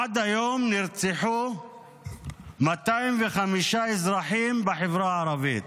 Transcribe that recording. עד היום נרצחו 205 אזרחים בחברה הערבית.